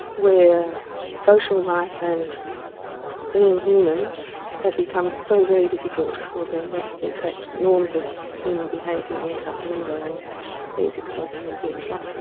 where social life and being human had become so very difficult for them, that in fact norms of human behaviour went out the window and music certainly did. but